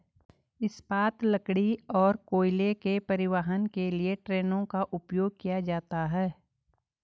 इस्पात, लकड़ी और कोयले के परिवहन के लिए ट्रेनों का उपयोग किया जाता है